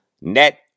net